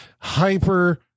hyper